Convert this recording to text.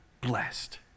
blessed